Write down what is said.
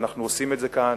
ואנחנו עושים את זה כאן,